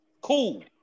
cool